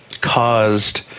caused